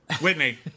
Whitney